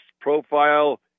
profile